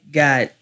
got